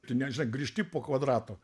tu net žinai grįžti po kvadrato